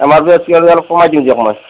M R পিঅতকৈ অলপ কমাই দিম দিয়ক মই